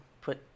put